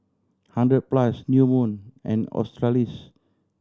Hundred Plus New Moon and Australis